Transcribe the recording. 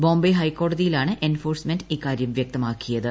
ബോംബെ ഹൈക്കോടതിയിലാണ് എൻഫോഴ്സ്മെന്റ് ഇക്കാര്യം വൃക്തമാക്കിയത്